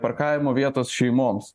parkavimo vietos šeimoms